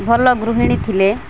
ଭଲ ଗୃହିଣୀ ଥିଲେ